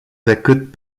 decât